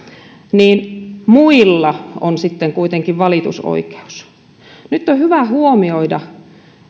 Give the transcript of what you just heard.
niin muilla on sitten kuitenkin valitusoikeus nyt on hyvä huomioida